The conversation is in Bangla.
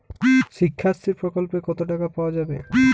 শিক্ষাশ্রী প্রকল্পে কতো টাকা পাওয়া যাবে?